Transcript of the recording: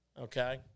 okay